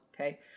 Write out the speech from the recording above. Okay